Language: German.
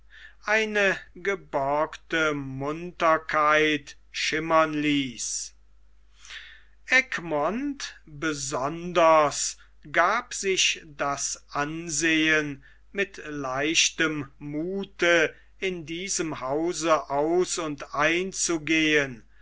eine geborgte munterkeit schimmern ließ egmont besonders gab sich das ansehen mit leichtem muthe in diesem hause aus und einzugehen